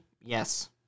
Yes